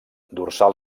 dorsal